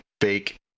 fake